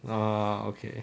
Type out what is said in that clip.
oh okay